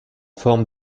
forme